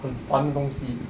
很烦的东西